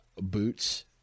boots